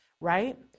right